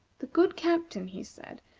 the good captain, he said,